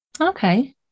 Okay